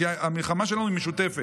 כי המלחמה שלנו היא משותפת.